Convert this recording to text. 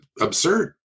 absurd